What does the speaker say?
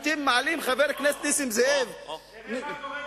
תראה מה קורה בסין.